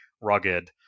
rugged